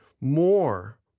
more